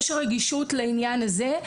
יש רגישות לעניין הזה,